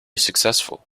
successful